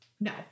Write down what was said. No